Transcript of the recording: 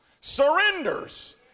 surrenders